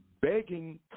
begging